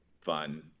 fun